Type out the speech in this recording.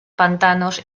pantanos